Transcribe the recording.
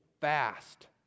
fast